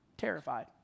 terrified